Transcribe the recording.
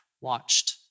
watched